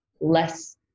less